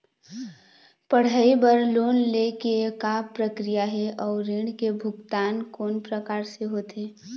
पढ़ई बर लोन ले के का प्रक्रिया हे, अउ ऋण के भुगतान कोन प्रकार से होथे?